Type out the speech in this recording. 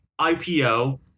IPO